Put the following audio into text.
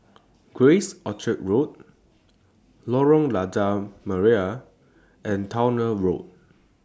Grace Orchard School Lorong Lada Merah and Towner Road